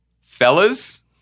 fellas